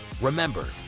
Remember